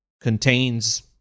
contains